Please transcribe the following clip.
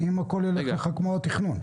אם הכול ילך כמו התכנון.